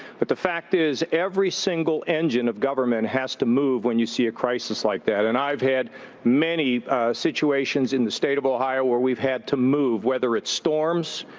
but the fact is, every single engine of government has to move when you see a crisis like that. and i've had many situations in the state of ohio where we've had to move, whether it's storms,